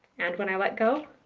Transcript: and when i let go?